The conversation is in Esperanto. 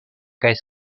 kaj